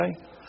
okay